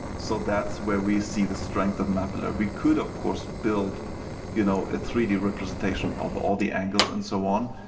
so that's where we see the strength of mapillary. we could of course build you know a three d representation of all the angles and so on,